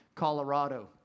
Colorado